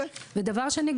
דבר שני,